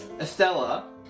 Estella